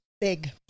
big